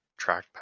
trackpad